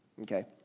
Okay